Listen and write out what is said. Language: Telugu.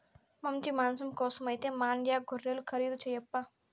మంచి మాంసం కోసమైతే మాండ్యా గొర్రెలు ఖరీదు చేయప్పా